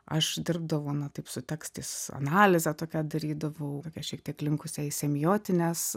aš dirbdavau na taip su tekstais analizę tokią darydavau šiek tiek linkusią į semiotines